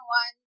one